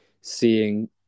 seeing